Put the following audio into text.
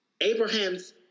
Abraham's